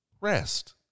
Rest